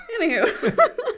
Anywho